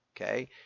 Okay